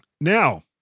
Now